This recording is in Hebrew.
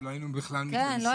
לא היינו בכלל מתכנסים.